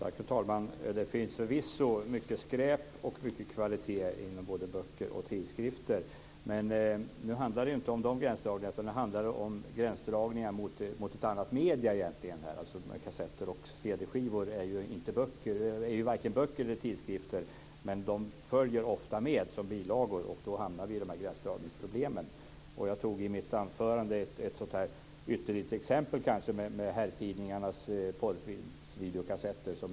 Fru talman! Det finns förvisso mycket skräp och mycket kvalitet bland både böcker och tidskrifter. Nu handlar det inte om de gränsdragningarna. Nu handlar det om gränsdragningar mot andra medier. Kassetter och cd-skivor är varken böcker eller tidskrifter, men de följer ofta med som bilagor. Då hamnar vi i gränsdragningsproblemen. Jag tog i mitt anförande upp ett ytterlighetsexempel med videokassetter med porrfilmer till herrtidningarna.